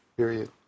period